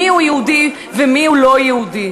מיהו יהודי ומיהו לא יהודי.